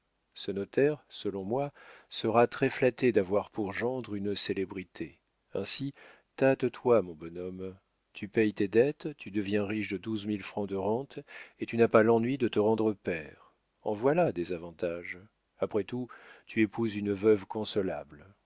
ce notaire selon moi sera très flatté d'avoir pour gendre une célébrité ainsi tâte toi mon bonhomme tu payes tes dettes tu deviens riche de douze mille francs de rente et tu n'as pas l'ennui de te rendre père en voilà des avantages après tout tu épouses une veuve consolable